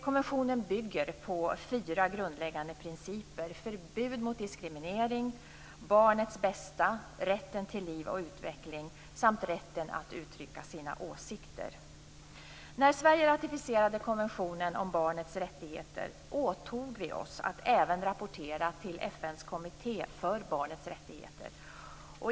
Konventionen bygger på fyra grundläggande principer: förbud mot diskriminering, barnets bästa, rätten till liv och utveckling samt rätten att uttrycka sina åsikter. När Sverige ratificerade konventionen om barnets rättigheter åtog vi oss att även rapportera till FN:s kommitté för barnets rättigheter.